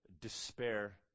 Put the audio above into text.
despair